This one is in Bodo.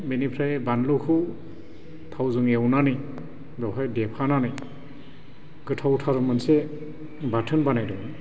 बेनिफ्राय बानलुखौ थावजों एवनानै बेवहाय देफानानै गोथावथार मोनसे बाथोन बानायदों